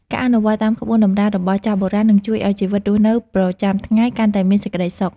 ការអនុវត្តតាមក្បួនតម្រារបស់ចាស់បុរាណនឹងជួយឱ្យជីវិតរស់នៅប្រចាំថ្ងៃកាន់តែមានសេចក្តីសុខ។